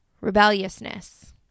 rebelliousness